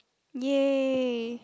ya